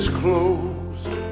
closed